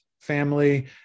family